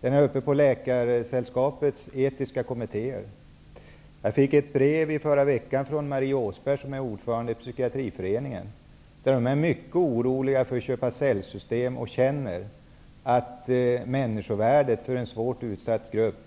Den är uppe för diskussion hos Läkarsällskapets etiska kommittéer. I förra veckan fick jag ett brev från Marie Åsberg, som är ordförande i Psykiatriföreningen. I föreningen är man mycket orolig över köpa--säljsystemen, och man känner att människovärdet för en svårt utsatt grupp